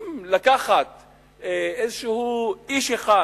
אם לקחת איזה איש אחד